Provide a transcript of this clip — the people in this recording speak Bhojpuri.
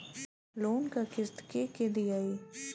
लोन क किस्त के के दियाई?